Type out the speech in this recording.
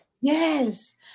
yes